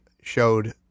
showed